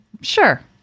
Sure